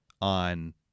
on